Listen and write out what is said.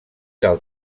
del